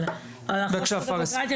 בבקשה פארס.